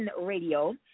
radio